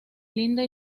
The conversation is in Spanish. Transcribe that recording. linda